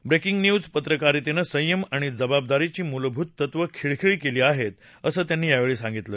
breaking news पत्रकारितेनं संयम आणि जबाबदारीची मूलभूत तत्व खिळखिळी केली आहेत असं त्यांनी सांगितलं